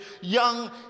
young